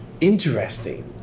Interesting